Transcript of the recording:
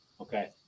Okay